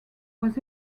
was